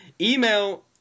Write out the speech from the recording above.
Email